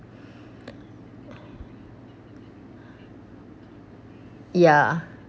ya